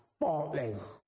faultless